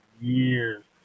years